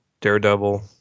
Daredevil